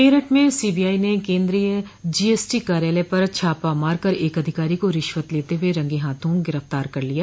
मेरठ में सीबीआई ने केन्द्रीय जीएसटी कार्यालय पर छापा मारकर एक अधिकारी को रिश्वत लेते हुए रंगे हाथों गिरफ्तार कर लिया